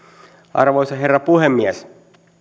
arvoisa herra puhemies